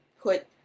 put